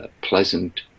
pleasant